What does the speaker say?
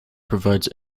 provides